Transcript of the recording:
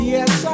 Yes